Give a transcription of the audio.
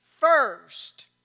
First